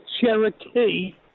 Cherokee